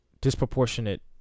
disproportionate